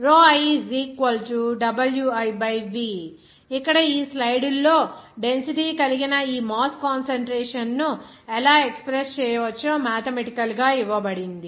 iWiV ఇక్కడ ఈ స్లైడ్లో డెన్సిటీ కలిగిన ఈ మాస్ కాన్సంట్రేషన్ ను ఎలా ఎక్స్ప్రెస్ చేయవచ్చో మాథెమెటికల్ గా ఇవ్వబడింది